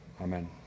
amen